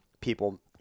people